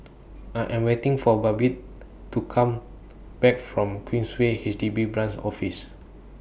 I Am waiting For Babette to Come Back from Queensway H D B Branch Office